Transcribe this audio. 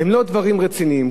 והכול דברים לא רציניים.